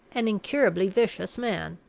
an incurably vicious man.